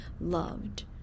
loved